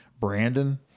Brandon